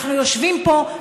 אנחנו יושבים פה,